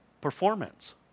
performance